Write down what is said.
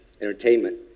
entertainment